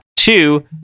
Two